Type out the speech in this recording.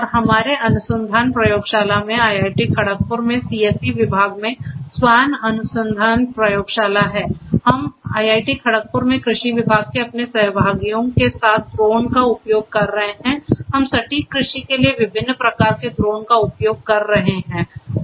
और हमारे अनुसंधान प्रयोगशाला में IIT खड़गपुर में CSE विभाग में SWAN अनुसंधान प्रयोगशाला हैहम IIT खड़गपुर में कृषि विभाग के अपने सहयोगियों के साथ ड्रोन का उपयोग कर रहे हैं हम सटीक कृषि के लिए विभिन्न प्रकार के ड्रोन का उपयोग कर रहे हैं